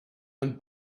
and